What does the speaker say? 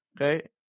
Okay